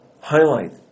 highlight